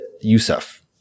Youssef